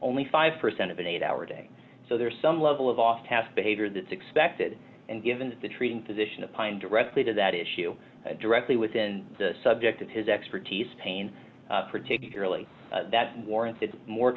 only five percent of an eight hour day so there's some level of off task behavior that's expected and given the treating physician of pine directly to that issue directly within the subject of his expertise pain particularly that warranted more